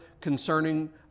concerning